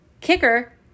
kicker